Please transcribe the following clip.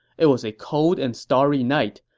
it was a cold and starry night,